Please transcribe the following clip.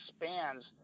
expands